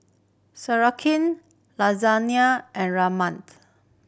Lasagna and Rajma